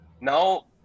Now